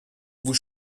vous